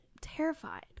Terrified